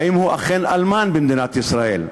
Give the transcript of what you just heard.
האם הוא אכן אלמן במדינת ישראל.